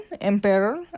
emperor